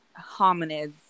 hominids